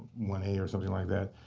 one a or something like that.